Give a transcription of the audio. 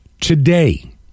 today